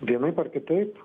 vienaip ar kitaip